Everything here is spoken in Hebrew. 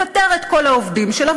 לפטר את כל העובדים שלה,